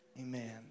Amen